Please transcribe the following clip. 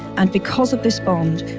and because of this bond,